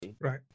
Right